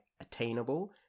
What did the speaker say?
attainable